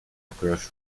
across